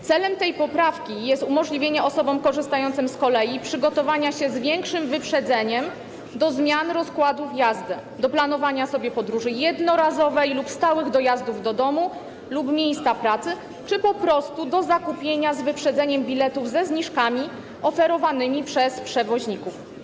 Celem tej poprawki jest umożliwienie osobom korzystającym z kolei przygotowania się z większym wyprzedzeniem do zmian rozkładów jazdy, do planowania sobie podróży jednorazowej lub stałych dojazdów do domu lub miejsca pracy czy po prostu do zakupienia z wyprzedzeniem biletów ze zniżkami oferowanymi przez przewoźników.